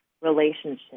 relationship